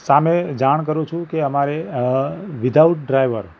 સામે જાણ કરું છું કે અમારે અ વિધાઉટ ડ્રાઇવર